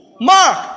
Mark